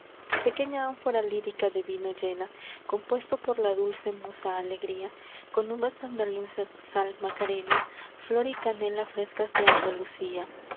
pequeña ánfora lírica de vino llena compuesto por la dulce musa alegría con uvas andaluzas sal macarena flor y canela frescas de andalucía